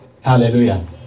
Hallelujah